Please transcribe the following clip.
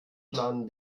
plan